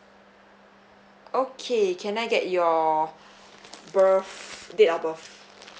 okay can I get your birth date of birth